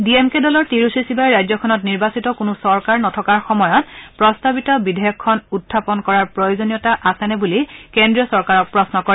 D M K দলৰ তিৰুচি শিৱাই ৰাজ্যখনত নিৰ্বাচিত কোনো চৰকাৰ নথকাৰ সময়ত প্ৰস্তাৱিত বিধেয়কখন উখাপন কৰাৰ বাবে প্ৰয়োজনীয়তা আছেনে বুলি কেন্দ্ৰীয় চৰকাৰক প্ৰশ্ন কৰে